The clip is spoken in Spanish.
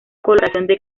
colaboración